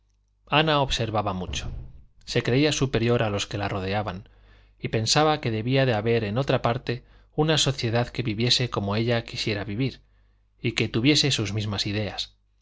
ana observaba mucho se creía superior a los que la rodeaban y pensaba que debía de haber en otra parte una sociedad que viviese como ella quisiera vivir y que tuviese sus mismas ideas